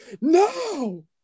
No